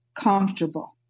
comfortable